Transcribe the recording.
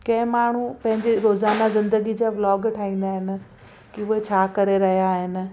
कंहिं माण्हू पंहिंजे रोज़ाना ज़िंदगी जा व्लॉग ठाहींदा आहिनि कि उहे छा करे रहिया आहिनि